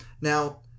Now